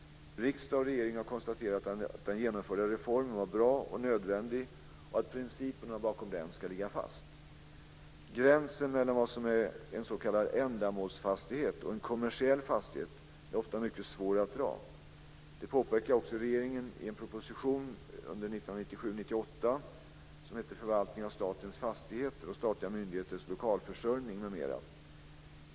Riksdag och regering har konstaterat att den genomförda reformen var bra och nödvändig samt att principerna bakom den ska ligga fast. Gränsen mellan vad som är en s.k. ändamålsfastighet och en kommersiell fastighet är ofta mycket svår att dra. Detta påpekar också regeringen i proposition 1997/98:137 Förvaltning av statens fastigheter och statliga myndigheters lokalförsörjning m.m.